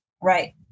Right